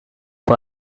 for